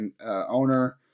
owner